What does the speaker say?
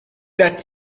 that